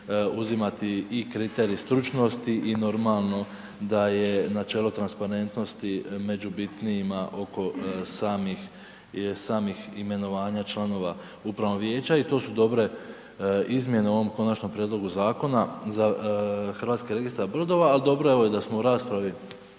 uzimati i kriteriji stručnosti i normalno, da je načelo transparentnosti među bitnijima oko samih imenovanja članova upravnog vijeća i to su dobre izmjene u ovom konačnom prijedlogu zakona za HRB-a ali dobro je evo da smo i u raspravi,